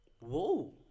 Whoa